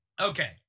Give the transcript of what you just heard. Okay